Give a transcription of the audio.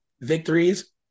victories